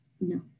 No